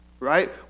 right